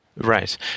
Right